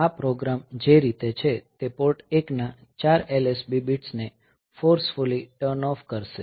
આ પ્રોગ્રામ છે જે રીતે છે તે પોર્ટ 1 ના 4 LSB બિટ્સ ને ફોર્સફૂલી ટર્ન ઓફ કરશે